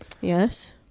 Yes